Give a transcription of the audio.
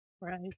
Right